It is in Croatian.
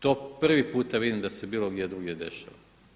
To prvi puta vidim da se bilo gdje drugdje dešava.